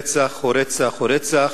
רצח הוא רצח הוא רצח,